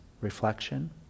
reflection